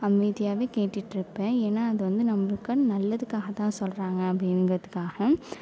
அமைதியாகவே கேட்டுகிட்டு இருப்பேன் ஏன்னா அதைவந்து நம்மளுக்கு நல்லதுக்காகத்தான் சொல்கிறாங்க அப்படின்றத்துக்காக